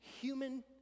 human